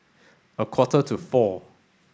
a quarter to four